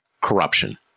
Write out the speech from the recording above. corruption